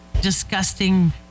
disgusting